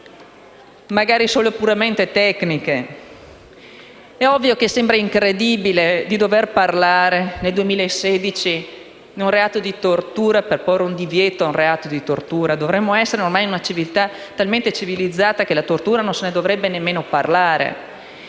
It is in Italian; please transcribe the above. questioni puramente tecniche. È ovvio che sembra incredibile dover parlare nel 2016 del reato di tortura per porre un divieto alla stessa. Dovremmo essere in una civiltà talmente avanzata che di tortura non se ne dovrebbe nemmeno parlare.